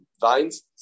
vines